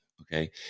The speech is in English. okay